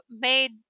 made